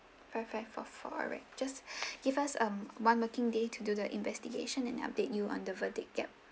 five five four four alright just give us um one working day to do the investigation and update you on the verdict yup